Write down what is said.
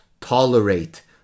tolerate